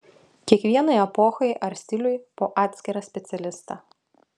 kiekvienai epochai ar stiliui po atskirą specialistą